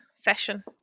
session